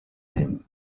him